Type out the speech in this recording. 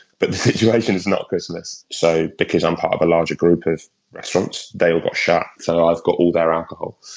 but the situation is not christmas. so, because i'm part of a larger group of restaurants, they all got shot. so i've got all their alcohol.